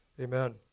Amen